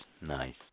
nice